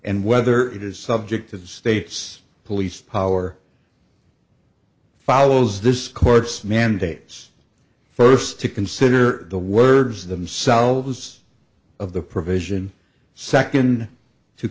and whether it is subject to the state's police power follows this court's mandates first to consider the words themselves of the provision second to